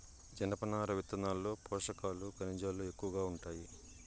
జనపనార విత్తనాల్లో పోషకాలు, ఖనిజాలు ఎక్కువగా ఉంటాయి